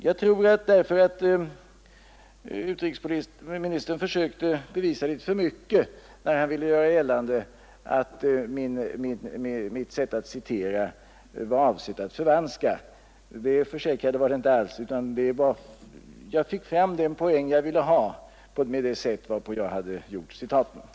Jag tror därför att utrikesministern försökte bevisa litet för mycket, när han ville göra gällande att mitt sätt att citera var avsett att förvanska. Jag försäkrar att så inte var meningen. Jag fick nämligen fram den poäng jag ville ha fram genom det sätt på vilket jag citerade.